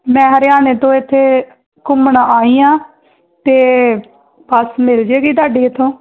ਮੈਂ ਹਰਿਆਣੇ ਤੋਂ ਇੱਥੇ ਘੁੰਮਣ ਆਈ ਹਾਂ ਅਤੇ ਬੱਸ ਮਿਲ ਜਾਏਗੀ ਤੁਹਾਡੀ ਇੱਥੋਂ